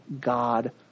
God